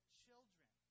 children